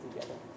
together